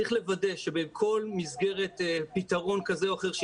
צריך לוודא שבכל מסגרת פתרון כזה או אחר,